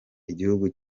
igihugu